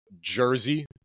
Jersey